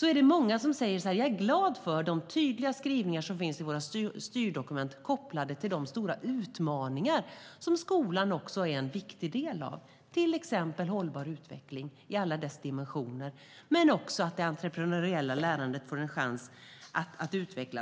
Det är många som säger att de är glada för de tydliga skrivningar som finns i styrdokumenten kopplade till de stora utmaningar som skolan är en viktig del av, till exempel hållbar utveckling i alla dess dimensioner, men också att det entreprenöriella lärandet får en chans att utvecklas.